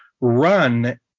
run